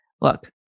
look